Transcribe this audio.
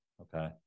Okay